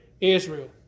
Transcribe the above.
Israel